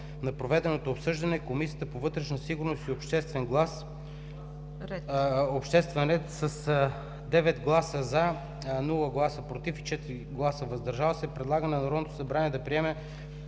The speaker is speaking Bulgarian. на проведеното обсъждане Комисията по вътрешна сигурност и обществен ред с 9 гласа „за“, без „против“ и 4 гласа „въздържали се“, предлага на Народното събрание да приеме